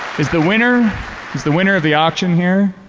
is the winner is the winner of the auction here?